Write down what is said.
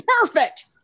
perfect